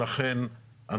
לכן,